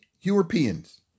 Europeans